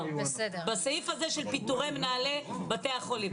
בסעיף הזה של פיטורי מנהלי בתי החולים.